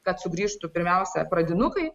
kad sugrįžtų pirmiausia pradinukai